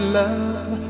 love